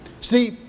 See